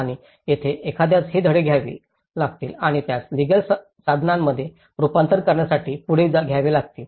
आणि येथेच एखाद्यास हे धडे घ्यावे लागतील आणि त्यास लीगल साधनांमध्ये रुपांतर करण्यासाठी पुढे घ्यावे लागतील